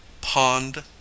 Pond